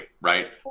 right